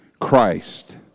Christ